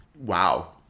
Wow